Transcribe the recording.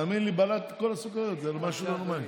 תאמין לי, בלע את כל הסוכריות, זה משהו לא נורמלי.